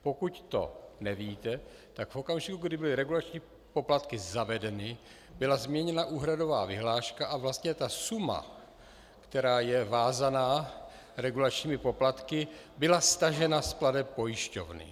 Pokud to nevíte, tak v okamžiku, kdy byly regulační poplatky zavedeny, byla změněna úhradová vyhláška a vlastně ta suma, která je vázaná regulačními poplatky, byla stažena z plateb pojišťovny.